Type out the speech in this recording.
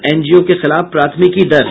NGO के खिलाफ प्राथमिकी दर्ज